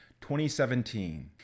2017